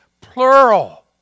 plural